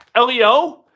LEO